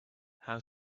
how